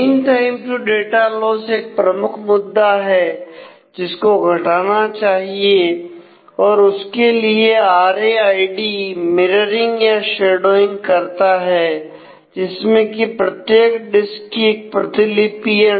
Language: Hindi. mean time to data loss एक प्रमुख मुद्दा है जिसको घटाना चाहिए और उसके लिए R A I D mirroring रहता है